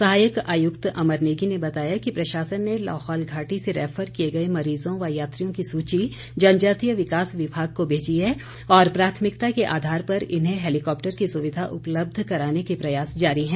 सहायक आयुक्त अमर नेगी ने बताया कि प्रशासन ने लाहौल घाटी से रैफर किए गए मरीजों व यात्रियों की सूची जनजातीय विकास विभाग को भेजी है और प्राथमिकता के आधार पर इन्हें हैलीकॉप्टर की सुविधा उपलब्ध कराने के प्रयास जारी है